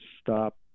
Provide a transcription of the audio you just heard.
stop